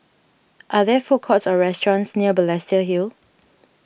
are there food courts or restaurants near Balestier Hill